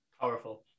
Powerful